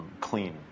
clean